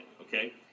okay